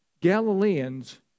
Galileans